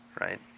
right